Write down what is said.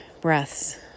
breaths